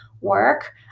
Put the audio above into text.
work